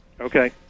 Okay